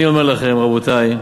אני אומר לכם, רבותי,